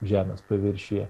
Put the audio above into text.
žemės paviršiuje